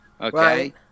okay